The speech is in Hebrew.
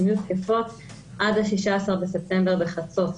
שהן יהיו תקפות עד ה-16 בספטמבר בחצות,